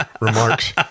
remarks